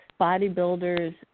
bodybuilders